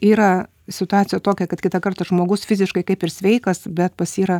yra situacija tokia kad kitą kartą žmogus fiziškai kaip ir sveikas bet pas jį yra